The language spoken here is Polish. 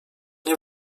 nie